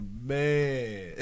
Man